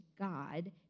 god